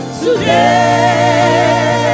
today